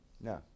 No